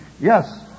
Yes